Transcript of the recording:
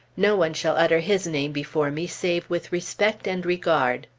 no one shall utter his name before me save with respect and regard.